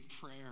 prayer